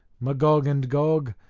magog and gog,